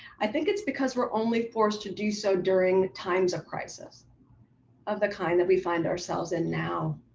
i think it's because we're only forced to do so during the times of crisis of the kind that we find ourselves in now.